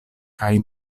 kaj